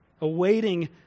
awaiting